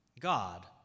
God